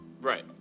right